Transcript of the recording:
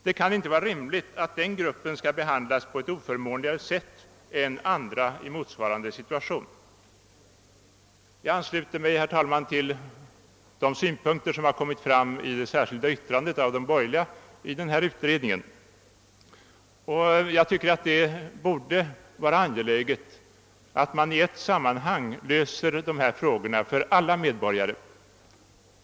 Det kan inte vara rimligt att denna grupp människor skall behandlas på ett mera oförmånligt sätt än andra människor i motsvarande situation. Jag ansluter mig till synpunkterna i det särskilda yttrande som avgivits av de borgerliga representanterna i utredningen, och jag tycker det är högst angeläget att vi löser dessa frågor i ett sammanhang för alla medborgare.